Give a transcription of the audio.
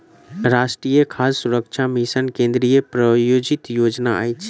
राष्ट्रीय खाद्य सुरक्षा मिशन केंद्रीय प्रायोजित योजना अछि